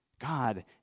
God